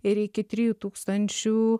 ir iki trijų tūkstančių